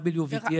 WVTA,